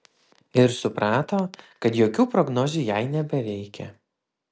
ir suprato kad jokių prognozių jai nebereikia